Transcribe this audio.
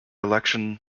election